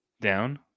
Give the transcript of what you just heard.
Down